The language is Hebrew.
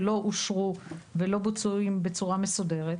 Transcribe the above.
שלא אושרו ולא בוצעו בצורה מסודרת.